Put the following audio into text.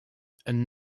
and